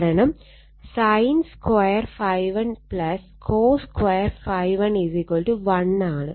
കാരണം sin 2 ∅ 1 cos2 ∅ 1 1 ആണ്